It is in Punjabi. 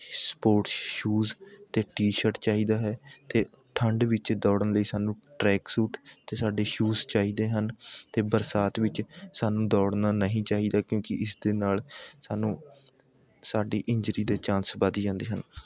ਸਪੋਰਟਸ ਸ਼ੂਜ਼ ਅਤੇ ਟੀ ਸ਼ਰਟ ਚਾਹੀਦਾ ਹੈ ਅਤੇ ਠੰਡ ਵਿੱਚ ਦੌੜਨ ਲਈ ਸਾਨੂੰ ਟਰੈਕਸੂਟ ਅਤੇ ਸਾਡੇ ਸ਼ੂਜ਼ ਚਾਹੀਦੇ ਹਨ ਅਤੇ ਬਰਸਾਤ ਵਿੱਚ ਸਾਨੂੰ ਦੌੜਨਾ ਨਹੀਂ ਚਾਹੀਦਾ ਕਿਉਂਕਿ ਇਸ ਦੇ ਨਾਲ ਸਾਨੂੰ ਸਾਡੀ ਇੰਜਰੀ ਦੇ ਚਾਂਸ ਵੱਧ ਜਾਂਦੇ ਹਨ